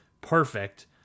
perfect